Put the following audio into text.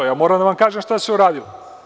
Ja moram da vam kažem šta se uradilo.